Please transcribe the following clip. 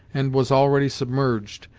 and was already submerged,